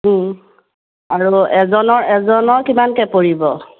আৰু এজনৰ এজনৰ কিমানকৈ পৰিব